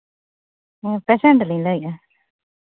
ᱦᱮᱸ ᱯᱮᱥᱮᱱᱴ ᱞᱤᱧ ᱞᱟᱹᱭᱮᱫᱼᱟ